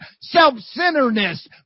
self-centeredness